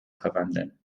verwandeln